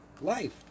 life